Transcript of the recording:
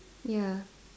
ya